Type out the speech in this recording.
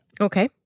Okay